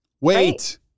wait